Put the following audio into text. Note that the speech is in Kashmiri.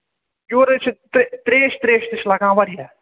یورٕ حظ چھِ ترٛیش ترٛیش تہِ چھِ لَگان واریاہ